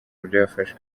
byafashwe